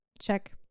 Check